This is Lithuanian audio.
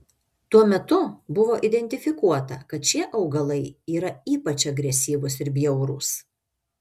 tuo metu buvo identifikuota kad šie augalai yra ypač agresyvūs ir bjaurūs